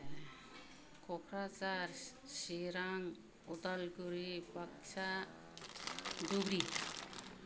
Kokrajhar Chirang Udalguri Baksa Dhubri